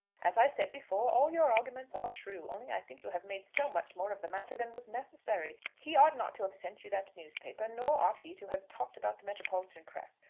as i said before, all your arguments are true only i think you have made so much more of the matter than was necessary! he ought not to have sent you that newspaper, nor ought he to have talked about the metropolitan press.